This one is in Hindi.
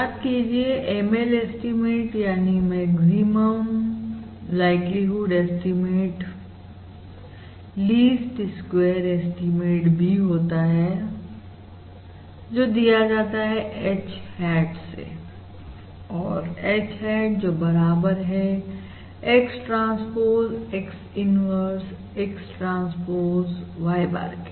याद कीजिए ML एस्टीमेट यानी maximum likelihood estimate least square estimate भी होता है जो दीया जाता है H hat से और H hat जो बराबर है X transpose X inverse X transpose Y bar के